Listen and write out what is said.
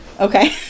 okay